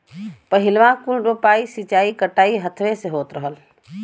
पहिलवाँ कुल रोपाइ, सींचाई, कटाई हथवे से होत रहल